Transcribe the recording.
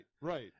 right